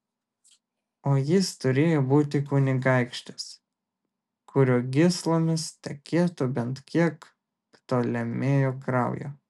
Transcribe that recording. o jis turėjo būti kunigaikštis kurio gyslomis tekėtų bent kiek ptolemėjų kraujo